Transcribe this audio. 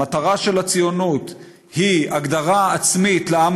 המטרה של הציונות היא הגדרה עצמית לעם